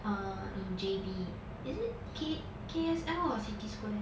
err in J_B is it K_S_L or city square